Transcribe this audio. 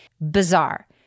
Bizarre